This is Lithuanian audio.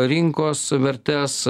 rinkos vertes